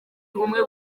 umwe